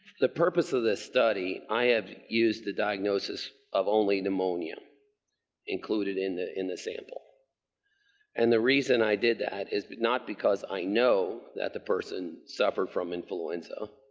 the purpose of this study, i have used the diagnosis of only pneumonia included in the in the sample and the reason i did that is not because i know that the person suffered from influenza,